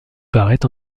paraît